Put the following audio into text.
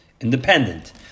independent